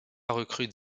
recrute